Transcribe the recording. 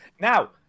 Now